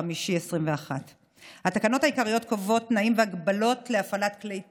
במאי 2021. התקנות העיקריות קובעות תנאים והגבלות להפעלת כלי טיס,